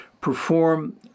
perform